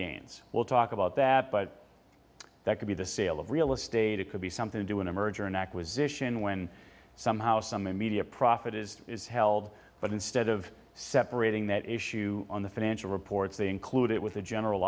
gains we'll talk about that but that could be the sale of real estate it could be something to do in a merger and acquisition when somehow some immediate profit is is held but instead of separating that issue on the financial reports they include it with the general